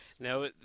Now